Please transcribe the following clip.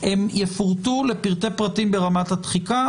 הן יפורטו לפרטי פרטים ברמת התחיקה,